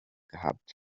gehabt